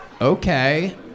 okay